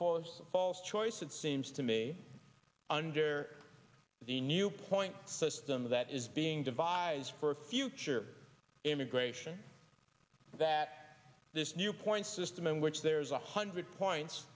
of false choice it seems to me under the new point system that is being devised for a future immigration that this new points system in which there's a hundred points